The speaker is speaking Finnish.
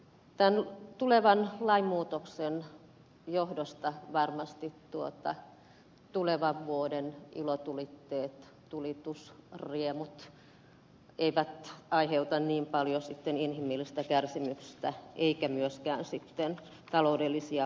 tämän tulevan lainmuutoksen johdosta varmasti tulevan vuoden ilotulitteet tulitusriemut eivät aiheuta sitten niin paljon inhimillistä kärsimystä eivätkä myöskään taloudellisia vahinkoja